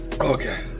okay